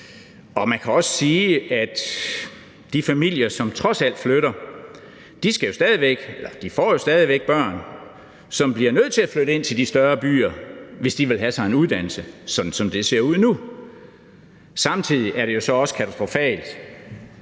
Man kan også sige, at de familier, som trods alt flytter, jo stadig væk får børn, som bliver nødt til at flytte ind til de større byer, hvis de vil have sig en uddannelse, som det ser ud nu. Samtidig er det også katastrofalt